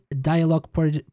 dialogue